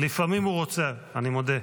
לפעמים הוא רוצה, אני מודה.